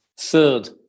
Third